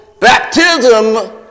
baptism